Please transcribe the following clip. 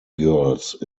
girls